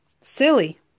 Silly